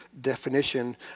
definition